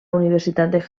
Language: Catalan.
universitat